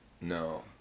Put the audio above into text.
No